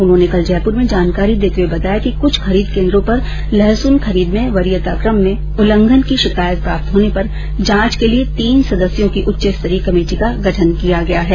उन्होंने कल जयप्र में जानकारी देते हुए बताया कि कुछ खरीद केन्द्रों पर लहसुन खरीद में वरियता क्रम में उल्लघन की शिकायत प्राप्त होने पर जॉच के लिए तीन सदस्यों की उच्च स्तरीय कमेटी का गठन किया गया है